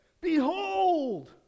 Behold